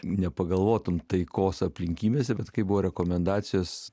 nepagalvotum taikos aplinkybėse bet kai buvo rekomendacijos